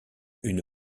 une